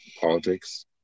Politics